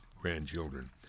grandchildren